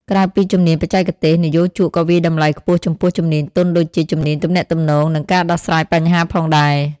ក្រៅពីជំនាញបច្ចេកទេស និយោជកក៏វាយតម្លៃខ្ពស់ចំពោះជំនាញទន់ដូចជា ជំនាញទំនាក់ទំនង និងការដោះស្រាយបញ្ហាផងដែរ។